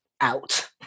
out